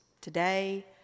today